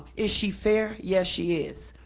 is she fair? yes, she is.